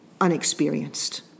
unexperienced